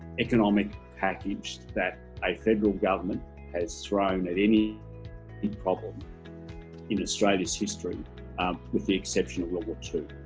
economic package that a federal government has thrown at any problem in australia's history with the exception of world war,